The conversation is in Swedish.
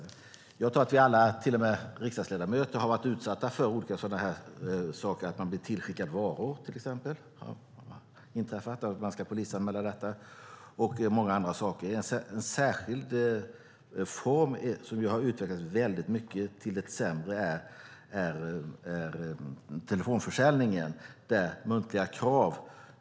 Jag tror att vi alla, till och med riksdagsledamöter, har varit utsatta för liknande saker, att man till exempel blir tillskickad varor. Det ska man polisanmäla. En särskild form som har utvecklats väldigt mycket till det sämre är telefonförsäljningen, med muntliga krav.